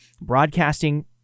broadcasting